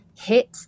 hit